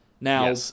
Now